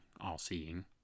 all-seeing